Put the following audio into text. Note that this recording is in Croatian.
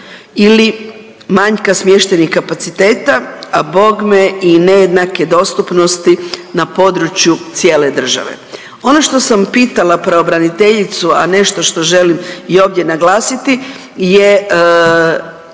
ili manjka smještajnih kapaciteta, a bogme i nejednake dostupnosti na području cijele države. Ono što sam pitala pravobraniteljicu, a nešto što želim i ovdje naglasiti je